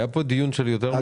היה כאן דיון של יותר משעה.